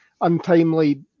untimely